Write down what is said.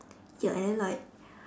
ya and then like